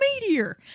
meteor